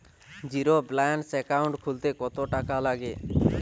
Zero balance account খুলতে কত টাকা লাগে?